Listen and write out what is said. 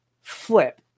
flip